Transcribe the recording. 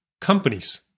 companies